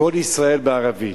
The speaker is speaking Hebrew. קול ישראל בערבית,